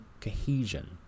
cohesion